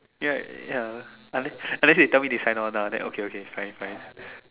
ya ya unless unless they tell me they sign on lah then okay okay it's fine it's fine